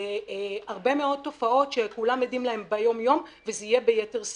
להרבה מאוד תופעות שכולם עדים להם ביום יום וזה יהיה ביתר שאת.